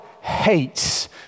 hates